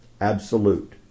absolute